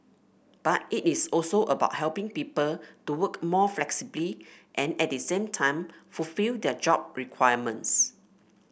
but it is also about helping people to work more flexibly and at the same time fulfil their job requirements